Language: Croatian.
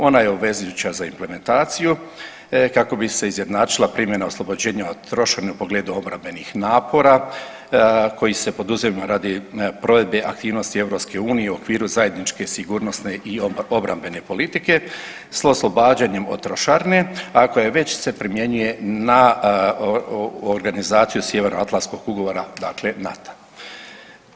Ona je obvezujuća za implementaciju kako bi se izjednačila primjena oslobođenja od trošarina u pogledu obrambenih napora koji se poduzima radi provedbe aktivnosti EU u okviru zajedničke sigurnosne i obrambene politike s oslobađanjem od trošarine, a koja se već primjenjuje na organizaciju Sjevernoatlantskog ugovora dakle NATO-a.